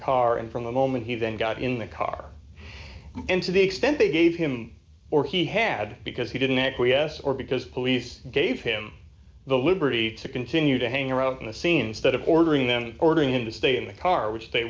car and from the moment he then got in the car into the extent they gave him or he had because he didn't acquiesce or because police gave him the liberty to continue to hang around the scene stead of ordering them ordering him to stay in the car which they